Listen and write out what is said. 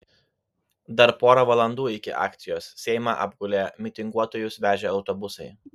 dar pora valandų iki akcijos seimą apgulė mitinguotojus vežę autobusai